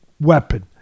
weapon